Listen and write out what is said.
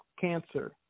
cancer